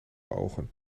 ogen